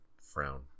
frown